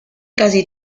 casi